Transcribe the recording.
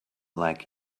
like